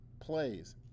plays